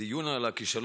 דיון על הכישלון